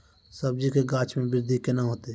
सब्जी के गाछ मे बृद्धि कैना होतै?